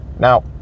Now